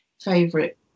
favorite